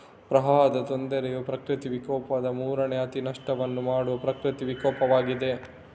ಪ್ರವಾಹದ ತೊಂದರೆಯು ಪ್ರಕೃತಿ ವಿಕೋಪದ ಮೂರನೇ ಅತಿ ನಷ್ಟವನ್ನು ಮಾಡುವ ಪ್ರಕೃತಿ ವಿಕೋಪವಾಗಿದೆ